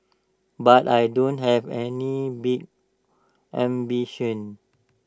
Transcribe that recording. but I don't have any big ambitions